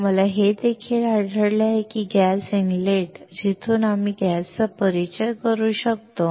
आम्हाला हे देखील आढळले की गॅस इनलेट जिथून आम्ही गॅसचा परिचय करू शकतो